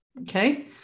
Okay